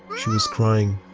she was crying,